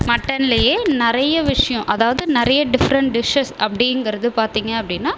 மட்டன்லயே நிறைய விஷயம் அதவாது நிறைய டிஃப்ரண்ட் டிஷ்ஷஸ் அப்படிங்கிறது பார்த்திங்க அப்படின்னா